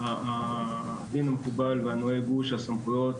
והדין המקובל והדין הנוהג הוא שהסמכויות